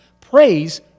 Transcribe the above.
Praise